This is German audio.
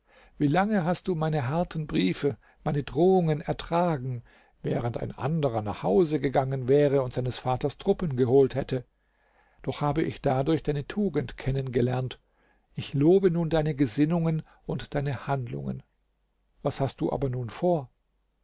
wie lange hast du meine harten briefe meine drohungen ertragen während ein anderer nach hause gegangen wäre und seines vaters truppen geholt hätte doch habe ich dadurch deine tugend kennengelernt ich lobe nun deine gesinnungen und deine handlungen was hast du aber nun vor